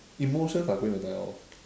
emotions are going to die off